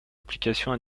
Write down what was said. applications